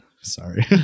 Sorry